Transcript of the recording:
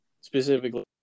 specifically